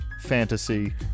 fantasy